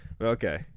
Okay